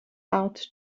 out